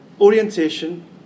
orientation